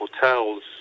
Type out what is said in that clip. hotels